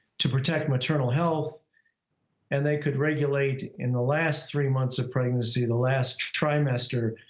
to protect maternal health and they could regulate in the last three months of pregnancy, the last trimester,